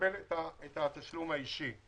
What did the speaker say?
ולקבל את התשלום האישי.